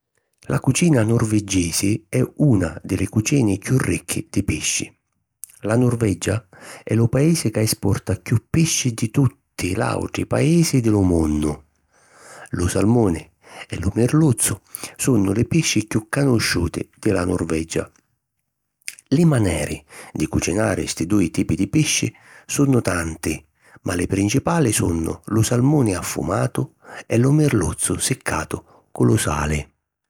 La cucina nurvigisi è una di li cucini chiù ricchi di pisci. La Nurvegia è lu paisi ca esporta chiù pisci di tutti l'àutri paisi di lu munnu. Lu salmuni e lu mirluzzu sunnu li pisci chiù canusciuti di la Nurvegia. Li maneri di cucinari sti dui tipi di pisci sunnu tanti ma li principali sunnu lu salmuni affumatu e lu mirluzzu siccatu cu lu sali.